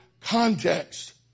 context